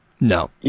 No